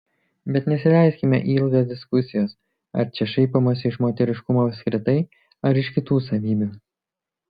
bet nesileiskime į ilgas diskusijas ar čia šaipomasi iš moteriškumo apskritai ar iš kitų savybių